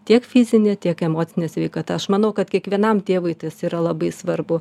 tiek fizinė tiek emocinė sveikata aš manau kad kiekvienam tėvui tas yra labai svarbu